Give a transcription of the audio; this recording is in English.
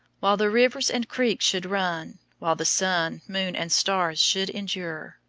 while the rivers and creeks should run, while the sun, moon, and stars should endure,